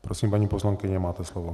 Prosím, paní poslankyně, máte slovo.